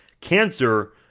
cancer